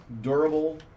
durable